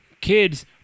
kids